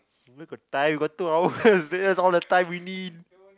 where got time we got two hours there's all the time we need